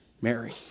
Mary